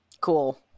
Cool